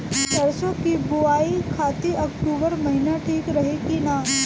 सरसों की बुवाई खाती अक्टूबर महीना ठीक रही की ना?